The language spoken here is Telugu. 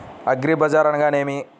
అగ్రిబజార్ అనగా నేమి?